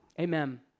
Amen